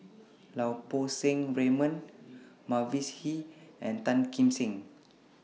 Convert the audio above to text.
Lau Poo Seng Raymond Mavis Hee and Tan Kim Seng